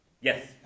Yes